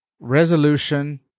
resolution